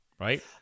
right